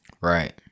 Right